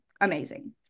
amazing